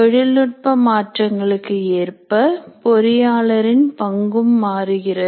தொழில் நுட்ப மாற்றங்களுக்கு ஏற்ப பொறியாளரின் பங்கும் மாறுகிறது